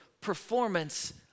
performance